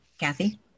Kathy